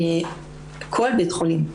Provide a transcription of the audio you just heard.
כל בית חולים,